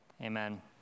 Amen